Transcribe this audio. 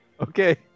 Okay